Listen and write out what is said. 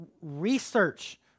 Research